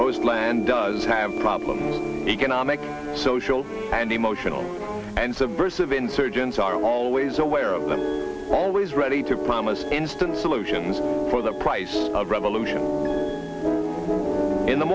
most land does have problems economic social and emotional and subversive insurgents are always aware of them always ready to promise instant solutions for the price of revolution in the